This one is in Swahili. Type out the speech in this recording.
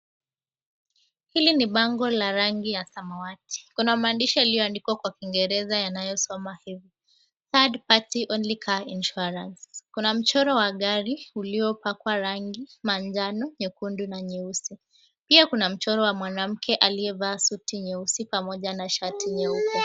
Hili ni bango la rangi ya samawati. Kuna maandishi yaliyoandikwa kwa Kiingereza yanayosoma hivi, Third Party Only Car Insurance. Kuna mchoro wa gari uliopakwa rangi manjano, nyekundu na nyeusi. Pia kuna mchoro wa mwanamke aliyevaa suti nyeusi pamoja na shati nyeupe.